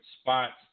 spots